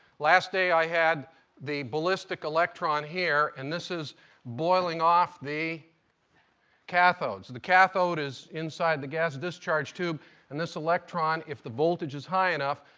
last day i had the ballistic electronic here, and this is boiling off the cathodes. the cathode is inside the gas discharge tube and this electron, if the voltage is high enough,